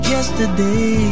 Yesterday